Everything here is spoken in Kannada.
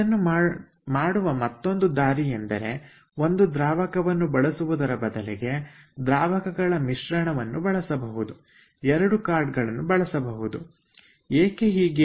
ಇದನ್ನು ಮಾಡುವ ಮತ್ತೊಂದು ದಾರಿ ಎಂದರೆ ಒಂದು ದ್ರಾವಣವನ್ನು ಬಳಸುವುದರ ಬದಲಿಗೆ ದ್ರಾವಣಗಳ ಮಿಶ್ರಣವನ್ನು ಬಳಸಬಹುದು 2 ಕಾರ್ಡ್ಗಳನ್ನು ಬದಲಿಸಬಹುದು ಏಕೆ ಹೀಗೆ